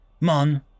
Mon